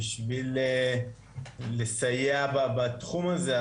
בשביל לסייע בתחום הזה,